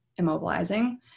immobilizing